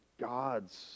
God's